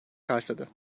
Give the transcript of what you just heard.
karşıladı